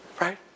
Right